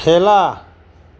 খেলা